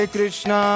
Krishna